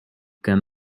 can